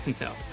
No